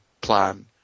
plan